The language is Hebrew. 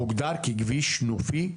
הוגדר ככביש נופי.